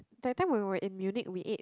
that time when we were in Munich we ate